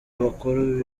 abakuru